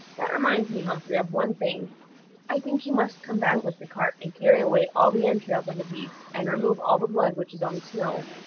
that reminds me, humphrey, of one thing i think you must come back with the cart and carry away all the entrails of the beast, and remove all the blood which is on the snow,